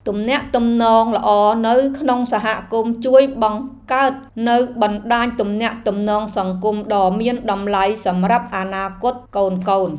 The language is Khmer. ទំនាក់ទំនងល្អនៅក្នុងសហគមន៍ជួយបង្កើតនូវបណ្តាញទំនាក់ទំនងសង្គមដ៏មានតម្លៃសម្រាប់អនាគតកូនៗ។